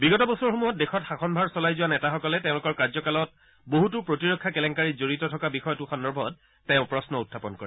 বিগত বছৰসমূহত দেশত শাসনভাৰ চলাই যোৱা নেতাসকলে তেওঁলোকৰ কাৰ্যকালত বহুতো প্ৰতিৰক্ষা কেলেংকাৰীত জড়িত থকা বিষয়টো সন্দৰ্ভত তেওঁ প্ৰশ্ন উখাপন কৰে